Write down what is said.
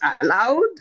allowed